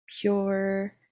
pure